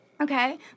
okay